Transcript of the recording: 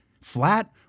flat